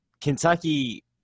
Kentucky